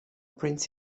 prince